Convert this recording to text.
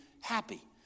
happy